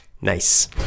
Nice